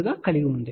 02 గా కలిగి ఉంది